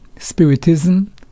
Spiritism